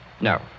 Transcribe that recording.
No